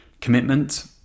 Commitment